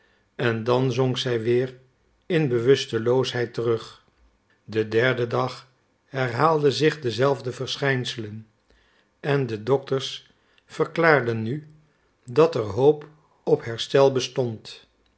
en dan zonk zij weer in bewusteloosheid terug den derden dag herhaalden zich dezelfde verschijnselen en de dokters verklaarden nu dat er hoop op herstel bestond